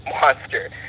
Monster